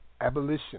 Abolition